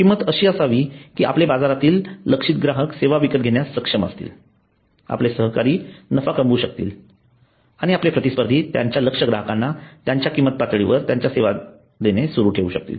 किंमत अशी असावी की आपले बाजारातील आपले लक्षित ग्राहक सेवा विकत घेण्यास सक्षम असतील आपले सहकारी नफा कमवू शकतील आणि आपले प्रतिस्पर्धी त्यांच्या लक्ष्य ग्राहकांना त्यांच्या किंमत पातळीवर त्यांच्या सेवा देणे सुरू ठेवू शकतील